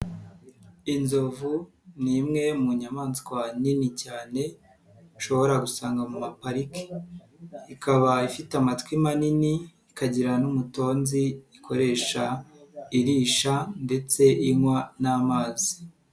Inzovu ni imwe mu nyamaswa nini cyane ushobora gusanga mu maparike, ikaba ifite amatwi manini ikagira n'umutonzi ikoresha irisha ndetse inywa n'amazi.